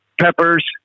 peppers